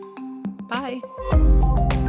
Bye